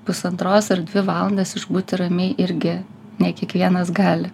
pusantros ar dvi valandas išbūti ramiai irgi ne kiekvienas gali